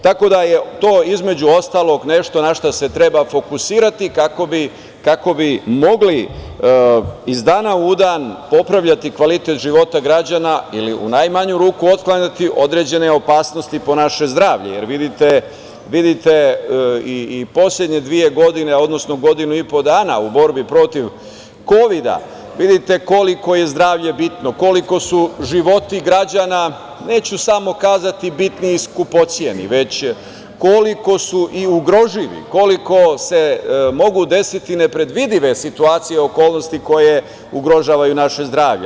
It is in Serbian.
Tako da je to između ostalog nešto na šta se treba fokusirati kako bi mogli iz dana u dan popravljati kvalitet života građana ili u najmanju ruku otklanjati određene opasnosti po naše zdravlje, jer vidite i poslednje dve godine, odnosno godinu i po dana u borbi protiv kovida, koliko je zdravlje bitno, koliko su životi građana, neću samo kazati, bitni i skupoceni, već koliko su i ugroživi, koliko se mogu desiti nepredvidive situacije i okolnosti koje ugrožavaju naše zdravlje.